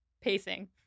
pacing